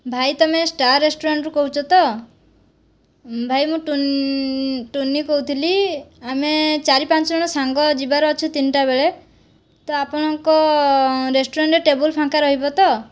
ଭାଇ ତୁମେ ଷ୍ଟାର ରେଷ୍ଟୁରାଣ୍ଟରୁ କହୁଛ ତ ଭାଇ ମୁଁ ଟୁନି କହୁଥିଲି ଆମେ ଚାରି ପାଞ୍ଚଜଣ ସାଙ୍ଗ ଯିବାର ଅଛୁ ତିନିଟା ବେଳେ ତ ଆପଣଙ୍କ ରେଷ୍ଟୁରାଣ୍ଟରେ ଟେବୁଲ ଫାଙ୍କା ରହିବ ତ